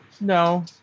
no